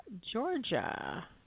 Georgia